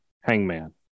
Hangman